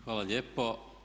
Hvala lijepo.